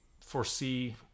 foresee